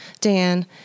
Dan